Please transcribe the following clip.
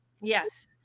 Yes